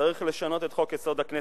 צריך לשנות את חוק-יסוד: הכנסת,